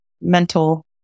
mental